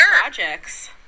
projects